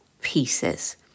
pieces